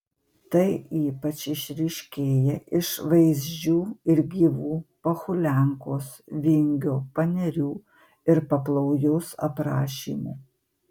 tai ypač išryškėja iš vaizdžių ir gyvų pohuliankos vingio panerių ir paplaujos aprašymų